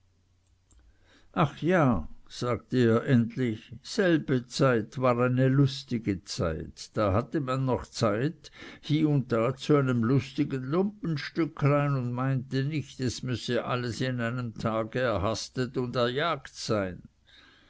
ach ja sagte er endlich selbe zeit war eine lustige zeit da hatte man noch zeit hie und da zu einem lustigen lumpenstücklein und meinte nicht es müsse alles in einem tage erhastet und erjagt sein